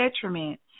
detriment